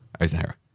Eisenhower